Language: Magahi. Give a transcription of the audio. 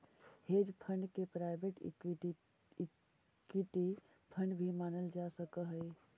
हेज फंड के प्राइवेट इक्विटी फंड भी मानल जा सकऽ हई